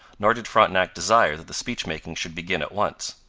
nor did frontenac desire that the speech-making should begin at once.